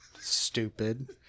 stupid